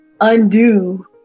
undo